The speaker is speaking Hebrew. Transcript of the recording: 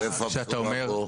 איפה הבשורה פה?